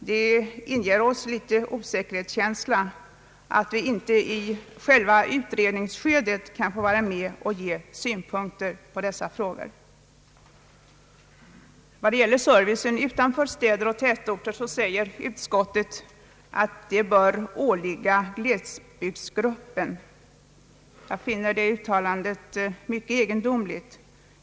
Det inger också en viss osäkerhetskänsla att vi inte i själva utredningsskedet får vara med och anföra synpunkter på dessa frågor. Vad gäller service utanför städer och tätorter anför utskottet att denna fråga bör behandlas genom arbetsgruppen för glesbygdsfrågor. Jag finner detta uttalande mycket egendomligt.